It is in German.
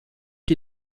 die